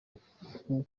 uku